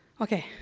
okay,